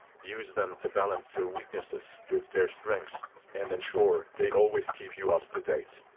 use them to balance your weaknesses with their strengths and ensure they always keep you up to date.